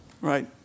Right